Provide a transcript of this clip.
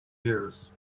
years